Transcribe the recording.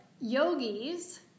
yogis